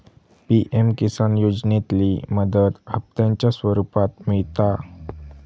PM किसान योजनेतली मदत हप्त्यांच्या स्वरुपात मिळता